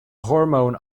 hormone